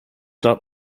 not